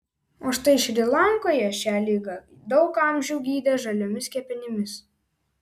o štai šri lankoje šią ligą daug amžių gydė žaliomis kepenimis